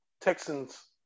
Texans